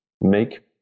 Make